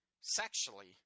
sexually